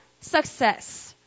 Success